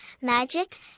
magic